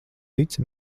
tici